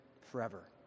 forever